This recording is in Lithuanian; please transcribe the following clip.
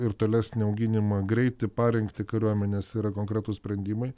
ir tolesnį auginimą greitį parengtį kariuomenės yra konkretūs sprendimai